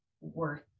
worth